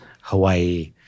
Hawaii